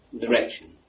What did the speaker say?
direction